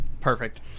Perfect